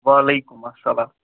وعلیکُم السلام